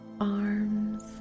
arms